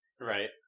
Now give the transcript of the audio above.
Right